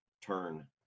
turn